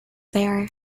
there